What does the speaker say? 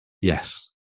yes